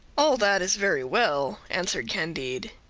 all that is very well, answered candide,